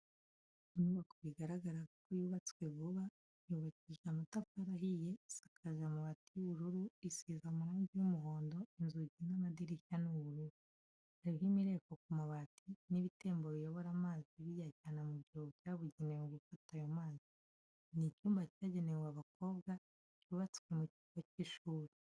Inyubako bigaragara ko yubatswe vuba yubakishije amatafari ahiye, isakaje amabati y'ubururu isize amarangi y'umuhondo inzugi n'amadirishya ni ubururu. Hariho imireko ku mabati n'ibitembo biyobora amazi biyajyana mu byobo byagenewe gufata ayo mazi, ni icyumba cyagenewe abakobwa cyubatswe mu kigo cy'ishuri.